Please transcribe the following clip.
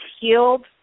healed